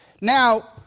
Now